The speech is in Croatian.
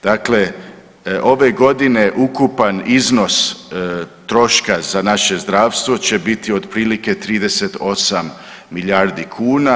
Dakle, ove godine ukupan iznos troška za naše zdravstvo će biti otprilike 38 milijardi kuna.